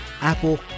Apple